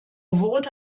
wurde